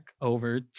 over